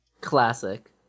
Classic